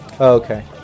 Okay